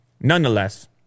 Nonetheless